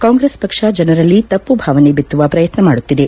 ಕಾಂಗ್ರೆಸ್ ಪಕ್ಷ ಜನರಲ್ಲಿ ತಪ್ಪು ಭಾವನೆ ಬಿತ್ತುವ ಪ್ರಯತ್ನ ಮಾಡುತ್ತಿದೆ